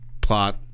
plot